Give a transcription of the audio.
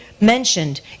mentioned